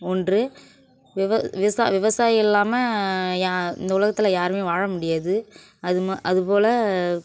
ஓன்று விவ விவ்சா விவசாயி இல்லாமல் யா இந்த உலகத்தில் யாருமே வாழ முடியாது அது ம அதுபோல்